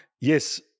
Yes